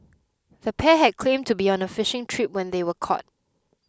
the pair had claimed to be on a fishing trip when they were caught